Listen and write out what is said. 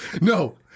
no